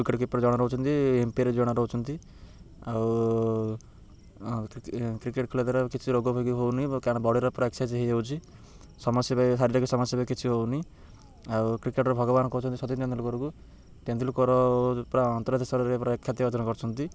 wicket keeper ଜଣେ ରହୁଛନ୍ତି umpire ଜଣେ ରହୁଛନ୍ତି ଆଉ କ୍ରିକେଟ୍ ଖେଳ ଦ୍ୱାରା କିଛି ରୋଗ ଭୋଗୀ ହଉନି କାରଣ ବଡ଼ିର ପୁରା ଏକ୍ସରସାଇଜ୍ ହେଇଯାଉଛି ସମସ୍ୟା ବି ଶାରୀରିକ ସମସ୍ୟା ବି କିଛି ହଉନି ଆଉ କ୍ରିକେଟ୍ର ଭଗବାନ କହୁଛନ୍ତି ସଚୀନ ତେନ୍ଦୁଲକରକୁ ତେନ୍ଦୁଲକର ପୁରା ଅନ୍ତର୍ଦଶରେ ପୁରା ଖ୍ୟାତି ଅର୍ଜନ କରିଛନ୍ତି